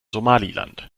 somaliland